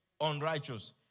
unrighteous